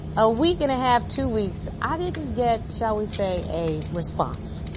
a week and a half, two weeks, i didn't get, shall we say, a response.